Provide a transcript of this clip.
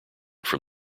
from